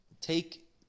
take